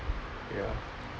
ya